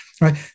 right